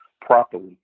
properly